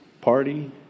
Party